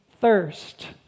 thirst